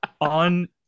On